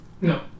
No